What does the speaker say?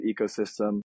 ecosystem